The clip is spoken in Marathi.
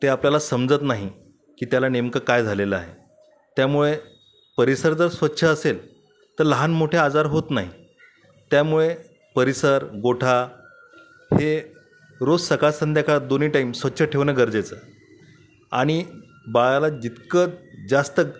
ते आपल्याला समजत नाही की त्याला नेमकं काय झालेलं आहे त्यामुळे परिसर जर स्वछ असेल तर लहान मोठे आजार होत नाही त्यामुळे परिसर गोठा हे रोज सकाळ संध्याकाळ दोन्ही टाईम स्वच्छ ठेवणं गरजेचं आणि बाळाला जितकं जास्त